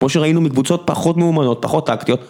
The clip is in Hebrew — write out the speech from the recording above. כמו שראינו מקבוצות פחות מאומנות, פחות טקטיות.